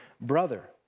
brother